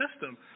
system